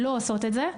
לא עושים את זה.